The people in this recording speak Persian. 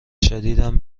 شدیدم